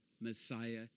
Messiah